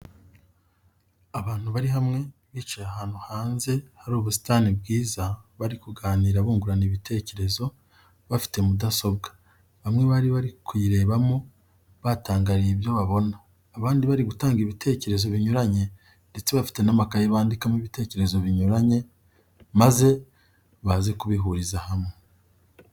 Abantu bari hamwe bicaye ahantu hanze hari ubusitani bwiza bari kuganira bungurana ibitekerezo, bafiite mudasobwa, bamwe bari kuyirebamo batangariye ibyo babona, abandi bari gutanga ibitekerezo binyuranye ndetse bafite n'amakaye bandikamo ibitekerezo binyuranye maze baze kubihuriza hamwe.